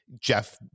Jeff